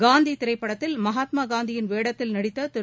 காந்திதிரைப்படத்தில் மகாத்மாகாந்தியின் வேடத்தில் நடித்ததிரு